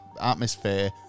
atmosphere